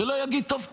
שלא יגיד: טוב,